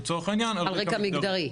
לצורך העניין -- על רקע מגדרי.